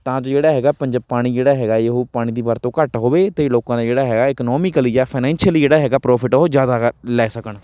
ਤਾਂ ਜੋ ਜਿਹੜਾ ਹੈਗਾ ਪੰਜਾ ਪਾਣੀ ਜਿਹੜਾ ਹੈਗਾ ਹੈ ਉਹ ਪਾਣੀ ਦੀ ਵਰਤੋਂ ਘੱਟ ਹੋਵੇ ਅਤੇ ਲੋਕਾਂ ਦਾ ਜਿਹੜਾ ਹੈਗਾ ਹੈ ਇਕਨੋਮੀਕਲੀ ਜਾਂ ਫਾਇਨੈਸ਼ਿਅਲੀ ਜਿਹੜਾ ਹੈਗਾ ਪ੍ਰੋਫਿਟ ਉਹ ਜ਼ਿਆਦਾ ਕ ਲੈ ਸਕਣ